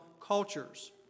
cultures